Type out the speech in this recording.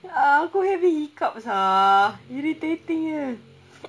aku heavy hiccups ah irritatingnya